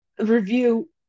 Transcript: review